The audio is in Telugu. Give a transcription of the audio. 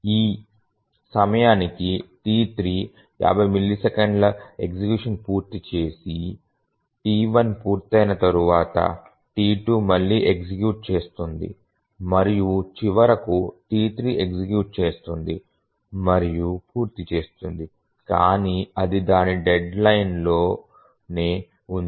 ఈ సమయానికి T3 50 మిల్లీసెకన్ల ఎగ్జిక్యూషన్ పూర్తి చేసి T1 పూర్తయిన తర్వాత T2 మళ్లీ ఎగ్జిక్యూట్ చేస్తుంది మరియు చివరకు T3 ఎగ్జిక్యూట్ చేస్తుంది మరియు పూర్తి చేస్తుంది కానీ అది దాని డెడ్లైన్లోనే ఉంది